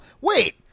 wait